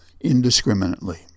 indiscriminately